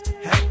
hey